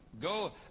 go